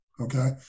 okay